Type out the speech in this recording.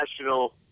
National